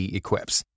equips